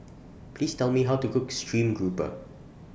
Please Tell Me How to Cook Stream Grouper